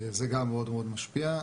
זה גם מאוד משפיע.